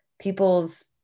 people's